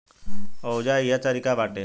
ओहुजा इहे तारिका बाटे